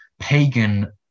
pagan